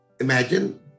Imagine